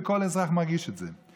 וכל אזרח מרגיש את זה,